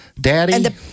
Daddy